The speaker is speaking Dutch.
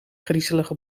griezelige